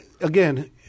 again